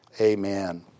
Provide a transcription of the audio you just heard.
Amen